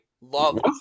love